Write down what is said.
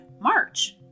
March